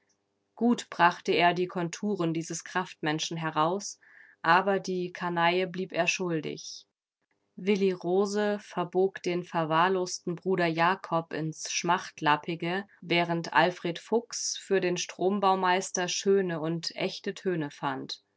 gut brachte er die konturen dieses kraftmenschen heraus aber die canaille blieb er schuldig willi rose verbog den verwahrlosten bruder jakob ins schmachtlappige während alfred fuchs für den strombaumeister schöne und echte töne fand